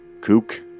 kook